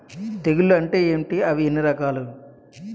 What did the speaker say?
తెగులు అంటే ఏంటి అవి ఎన్ని రకాలు?